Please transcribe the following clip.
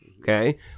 Okay